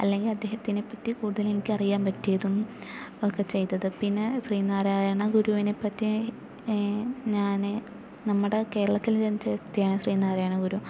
അല്ലെങ്കിൽ അദ്ദേഹത്തിനെപ്പറ്റി കൂടുതൽ എനിക്ക് അറിയാൻ പറ്റിയതും ഒക്കെ ചെയ്തത് പിന്നെ ശ്രീനാരായണ ഗുരുവിനെപ്പറ്റി ഞാൻ നമ്മുടെ കേരളത്തില് ജനിച്ച വ്യക്തിയാണ് ശ്രീനാരായണ ഗുരു